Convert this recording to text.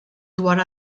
dwar